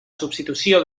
substitució